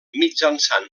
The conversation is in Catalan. mitjançant